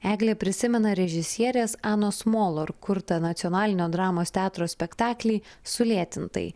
eglė prisimena režisierės anos molor kurtą nacionalinio dramos teatro spektaklį sulėtintai